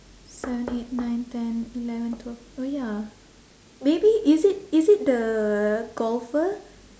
seven eight nine ten eleven twelve oh ya maybe is it is it the golfer